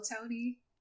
Tony